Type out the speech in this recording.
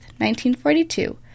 1942